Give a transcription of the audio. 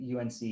UNC